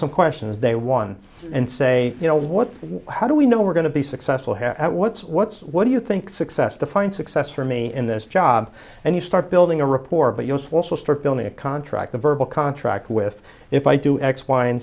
some questions day one and say you know what how do we know we're going to be successful here what's what's what do you think success defined success for me in this job and you start building a report but you also start building a contract a verbal contract with if i do x y and